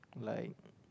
like